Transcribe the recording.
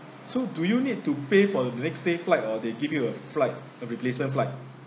so do you need to pay for the next day's flight or they give you a flight a replacement flight